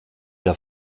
der